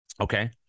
Okay